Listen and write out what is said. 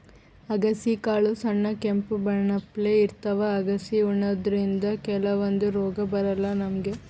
ಅಗಸಿ ಕಾಳ್ ಸಣ್ಣ್ ಕೆಂಪ್ ಬಣ್ಣಪ್ಲೆ ಇರ್ತವ್ ಅಗಸಿ ಉಣಾದ್ರಿನ್ದ ಕೆಲವಂದ್ ರೋಗ್ ಬರಲ್ಲಾ ನಮ್ಗ್